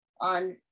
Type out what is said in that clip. on